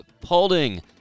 Paulding